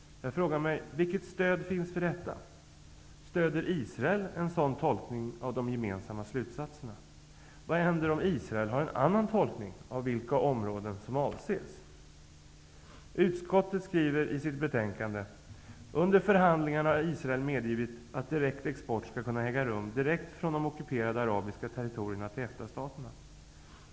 Vilket stöd finns för detta? Stöder Israel en sådan tolkning av de gemensamma slutsatserna? Vad händer om Israel har en annan tolkning av vilka områden som avses? Utskottet skriver i sitt betänkande: ''Under förhandlingarna har Israel medgivit att direkt export skall kunna äga rum från de ockuperade arabiska territorierna till EFTA-staterna.''